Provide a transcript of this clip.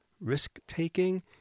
risk-taking